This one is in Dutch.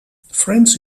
friends